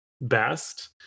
best